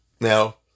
Now